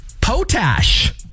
Potash